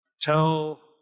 Tell